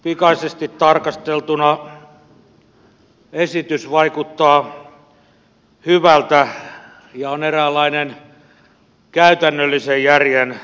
pikaisesti tarkasteltuna esitys vaikuttaa hyvältä ja on eräänlainen käytännöllisen järjen voitto